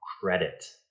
credit